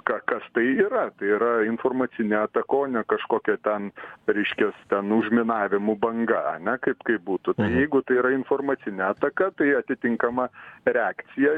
ką kas tai yra tai yra informacinė ataka o ne kažkokia ten reiškias ten užminavimų banga ane kaip kaip būtų jeigu tai yra informacinė ataka tai atitinkama reakcija